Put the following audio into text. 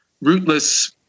rootless